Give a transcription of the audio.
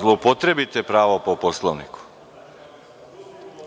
zloupotrebite pravo po Poslovniku,